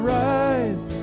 rise